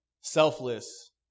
selfless